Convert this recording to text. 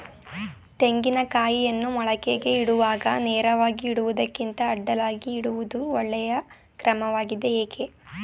ತೆಂಗಿನ ಕಾಯಿಯನ್ನು ಮೊಳಕೆಗೆ ಇಡುವಾಗ ನೇರವಾಗಿ ಇಡುವುದಕ್ಕಿಂತ ಅಡ್ಡಲಾಗಿ ಇಡುವುದು ಒಳ್ಳೆಯ ಕ್ರಮವಾಗಿದೆ ಏಕೆ?